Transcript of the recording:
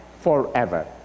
forever